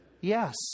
yes